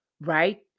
right